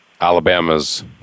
Alabama's